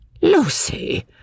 Lucy